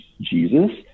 Jesus